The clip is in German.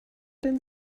denn